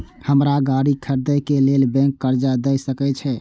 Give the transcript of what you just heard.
हमरा गाड़ी खरदे के लेल बैंक कर्जा देय सके छे?